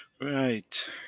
Right